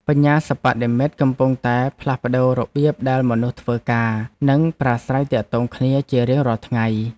បញ្ញាសិប្បនិម្មិតកំពុងតែផ្លាស់ប្តូររបៀបដែលមនុស្សធ្វើការ និងប្រាស្រ័យទាក់ទងគ្នាជារៀងរាល់ថ្ងៃ។